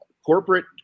corporate